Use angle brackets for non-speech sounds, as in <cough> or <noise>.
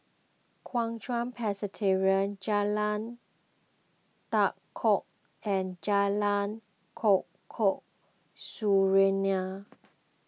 Kuo Chuan Presbyterian Jalan Tua Kong and Jalan <unintelligible> Serunai